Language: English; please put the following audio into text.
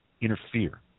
interfere